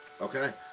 Okay